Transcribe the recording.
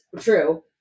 true